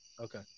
Okay